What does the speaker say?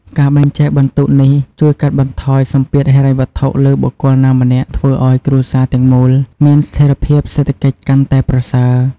ការបែងចែកបន្ទុកនេះជួយកាត់បន្ថយសម្ពាធហិរញ្ញវត្ថុលើបុគ្គលណាម្នាក់ ធ្វើឲ្យគ្រួសារទាំងមូលមានស្ថិរភាពសេដ្ឋកិច្ចកាន់តែប្រសើរ។